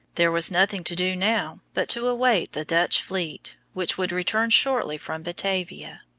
there was nothing to do now but to await the dutch fleet, which would return shortly from batavia.